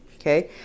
okay